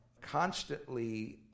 constantly